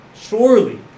Surely